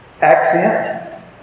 accent